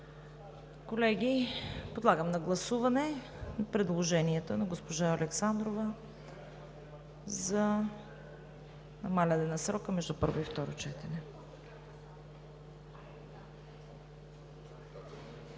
Колеги, подлагам на гласуване предложението на госпожа Александрова за намаляване на срока между първо и второ четене.